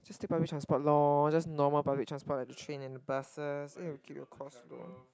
its still public transport lor just normal public transport just train and buses need to keep your cost low